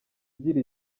igira